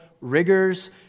rigors